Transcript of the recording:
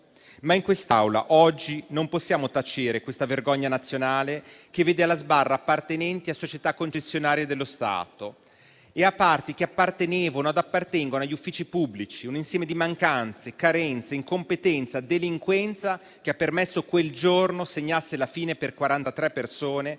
ma in quest'Aula oggi non possiamo tacere questa vergogna nazionale, che vede alla sbarra appartenenti a società concessionarie dello Stato e a parti che appartenevano e appartengono agli uffici pubblici: un insieme di mancanze, carenze, incompetenza e delinquenza che ha permesso che quel giorno segnasse la fine per 43 persone